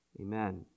amen